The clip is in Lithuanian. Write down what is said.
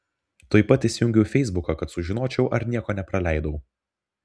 tuoj pat įsijungiau feisbuką kad sužinočiau ar nieko nepraleidau